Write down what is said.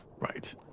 Right